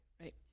right